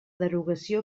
derogació